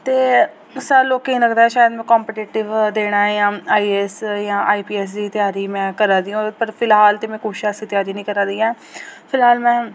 ते सारें लोकें ई लगदा शायद में कम्पीटिटिव देना जां आई ए एस जां आई पी एस दी त्यारी में करा दी ओह्दे उप्पर फिलहाल ते में कुछ ऐसी त्यारी निं करा दी ऐ फिलहाल में